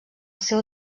seu